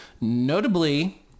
Notably